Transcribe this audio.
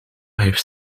heeft